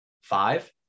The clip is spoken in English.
five